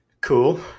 Cool